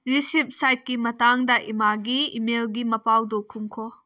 receipt ꯁꯥꯏꯠꯀꯤ ꯃꯇꯥꯡꯗ ꯏꯃꯥꯒꯤ ꯏꯃꯦꯜꯒꯤ ꯃꯄꯥꯎꯗꯨ ꯈꯨꯝꯈꯣ